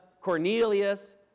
Cornelius